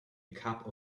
cup